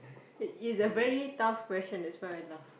it is a very tough question that's why I laugh